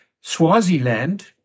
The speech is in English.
Swaziland